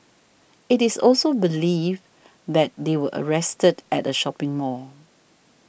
it is also believed that they were arrested at a shopping mall